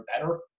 better